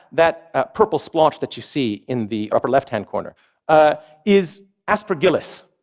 that purple splotch that you see in the upper left hand corner is aspergillus,